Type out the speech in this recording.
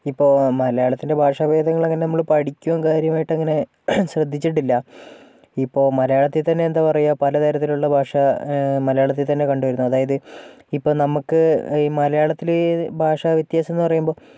ഇപ്പോൾ മലയാളത്തിൻ്റെ ഭാഷാഭേദങ്ങൾ അങ്ങനെ നമ്മള് പഠിക്കുകയോ കാര്യമായിട്ടങ്ങനെ ശ്രദ്ധിച്ചിട്ടില്ല ഇപ്പോൾ മലയാളത്തിൽ തന്നെ എന്താ പറയുക പലതരത്തിലുള്ള ഭാഷ മലയാളത്തിൽ തന്നെ കണ്ടു വരുന്നു അതായത് ഇപ്പോൾ നമുക്ക് ഈ മലയാളത്തില് ഭാഷ വ്യത്യാസം എന്ന് പറയുമ്പോൾ